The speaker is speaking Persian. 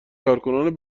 کارکنان